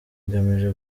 igamije